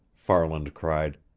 farland cried.